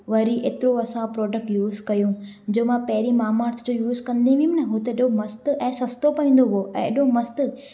वरी एतिरो असां प्रोडक्ट यूज़ कयूं जो मां पंहिरी मामाअर्थ जो यूज़ कंदी हुयमि न हो त एॾो मस्तु ऐं सस्तो पवमदो उहो ऐं एॾो मस्तु